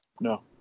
No